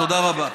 תודה רבה.